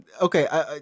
okay